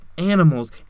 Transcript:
Animals